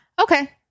okay